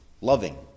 loving